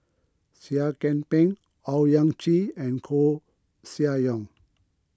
Seah Kian Peng Owyang Chi and Koeh Sia Yong